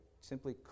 simply